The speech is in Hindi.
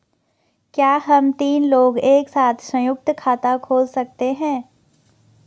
क्या हम तीन लोग एक साथ सयुंक्त खाता खोल सकते हैं?